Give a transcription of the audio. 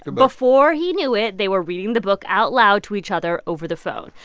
before he knew it, they were reading the book out loud to each other over the phone.